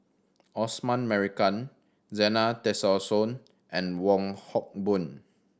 Osman Merican Zena Tessensohn and Wong Hock Boon